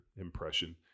impression